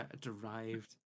derived